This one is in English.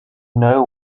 know